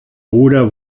bruder